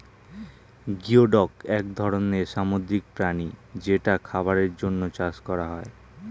geoduck এক ধরনের সামুদ্রিক প্রাণী যেটা খাবারের জন্যে চাষ করা হয়